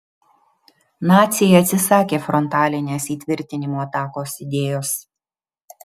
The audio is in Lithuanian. naciai atsisakė frontalinės įtvirtinimų atakos idėjos